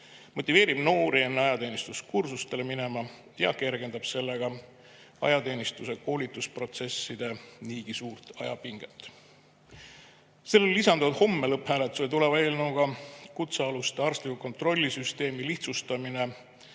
motiveerib noori enne ajateenistust juhikursustele minema ja kergendab sellega ajateenistuse koolitusprotsesside niigi suurt ajapinget. Sellele lisanduvad homme lõpphääletusele tuleva eelnõuga kutsealuste arstliku kontrolli süsteemi lihtsustamine